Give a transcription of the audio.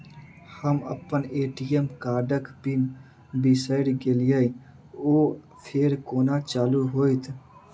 हम अप्पन ए.टी.एम कार्डक पिन बिसैर गेलियै ओ फेर कोना चालु होइत?